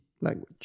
language